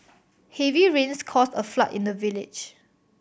heavy rains caused a flood in the village